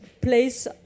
place